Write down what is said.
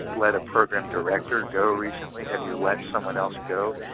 let a program director go recently? have you let someone else go?